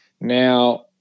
Now